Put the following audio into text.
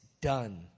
done